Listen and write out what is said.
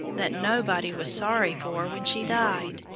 that nobody was sorry for when she died.